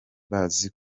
bazi